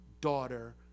daughter